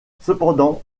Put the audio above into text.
cependant